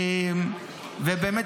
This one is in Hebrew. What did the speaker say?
ובאמת,